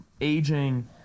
aging